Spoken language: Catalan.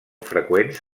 freqüents